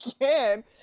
again